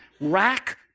rack